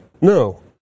No